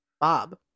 Bob